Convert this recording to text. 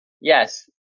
Yes